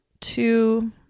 two